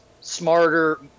smarter